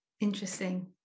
interesting